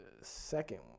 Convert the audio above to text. second